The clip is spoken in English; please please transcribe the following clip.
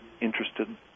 interested